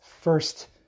first